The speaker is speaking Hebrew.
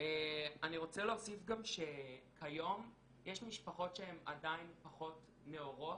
אני רוצה להוסיף גם שכיום יש משפחות שהן עדיין פחות נאורות.